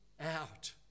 out